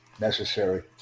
necessary